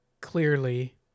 clearly